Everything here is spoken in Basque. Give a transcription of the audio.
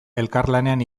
elkarlanean